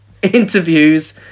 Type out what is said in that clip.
Interviews